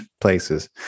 places